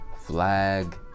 flag